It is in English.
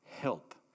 help